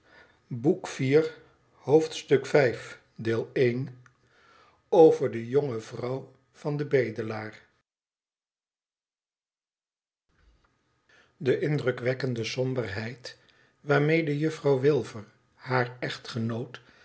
over de jonge vrouw van den bedelaar de indrukwekkende somberheid waarmede juffrouw wilfer haar echtgenoot